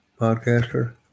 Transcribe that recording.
Podcaster